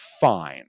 fine